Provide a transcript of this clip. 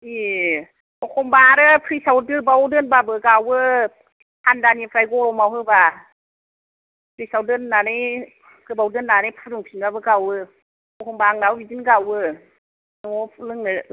ए एखनब्ला आरो फ्रिसआव गोबाव दोनबाबो गावो थानदानिफ्राय गरमआव होबा फ्रिस आव दोननानै गोबाव दोननानै फुदुं फिनबाबो गावो एखनब्ला आंनाबो बिदिनो गावो न'आव लोंनो